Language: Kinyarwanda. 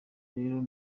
rero